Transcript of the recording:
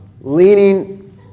Leaning